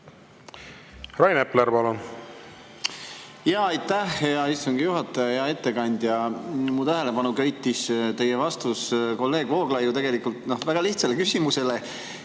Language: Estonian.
Rain Epler, palun! Aitäh, hea istungi juhataja! Hea ettekandja! Mu tähelepanu köitis teie vastus kolleeg Vooglaiu tegelikult väga lihtsale küsimusele.